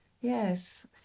yes